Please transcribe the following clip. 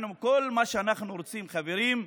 כל מה שאנחנו רוצים, חברים,